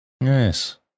Yes